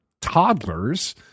toddlers